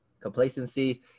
complacency